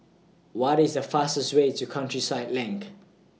What IS The fastest Way to Countryside LINK